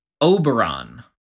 Oberon